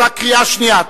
אתה בקריאה שנייה.